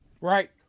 Right